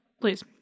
please